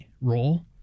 role